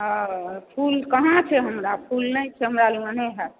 हँ फूल कहाँ छै हमरा फूल नहि छै फूल हमर लगमे नहि हैत